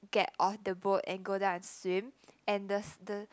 get off the boat and go down and swim and the the